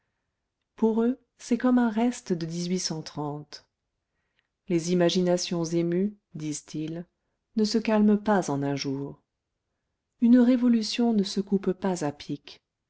pour eux c'est comme un reste de les imaginations émues disent-ils ne se calment pas en un jour une révolution ne se coupe pas à pic